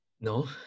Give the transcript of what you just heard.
No